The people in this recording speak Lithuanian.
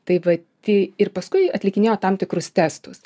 tai va tai ir paskui atlikinėjo tam tikrus testus